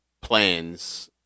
plans